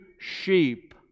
sheep